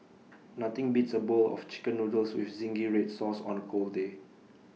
nothing beats A bowl of Chicken Noodles with Zingy Red Sauce on A cold day